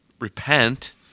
repent